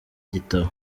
gitabo